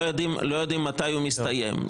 לא יודעים מתי הוא מסתיים.